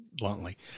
bluntly